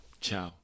Ciao